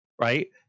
right